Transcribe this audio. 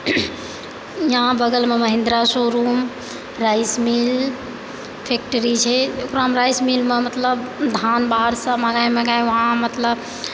इहाँ बगलमे Mahindra showroom rice mill factory छै ओकरामे राइस मीलमे मतलब धान बार सभ मङ्गाय मङ्गाय वहाँ मतलब